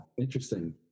Interesting